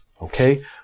Okay